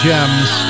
Gems